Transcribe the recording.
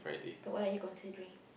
but what are you considering